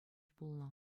пулнӑ